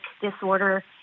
disorder